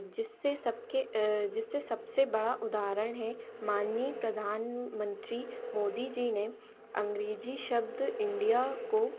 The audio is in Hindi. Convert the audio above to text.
जिससे सबके जिससे सबसे बड़ा उदहारण है माननीय प्रधानमंत्री मोदी जी ने अंग्रेज़ी शब्द इंडिया को